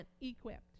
equipped